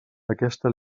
aquesta